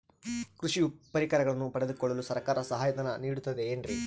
ಕೃಷಿ ಪರಿಕರಗಳನ್ನು ಪಡೆದುಕೊಳ್ಳಲು ಸರ್ಕಾರ ಸಹಾಯಧನ ನೇಡುತ್ತದೆ ಏನ್ರಿ?